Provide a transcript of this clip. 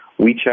WeChat